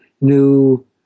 new